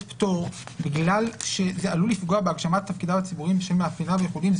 פטור בגלל שזה עלול לפגוע בהגשמת תפקידם הציבורי שמאפייניו יכולים,